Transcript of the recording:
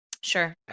Sure